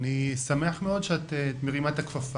אני שמח מאוד שאת מרימה את הכפפה.